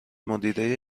مدیره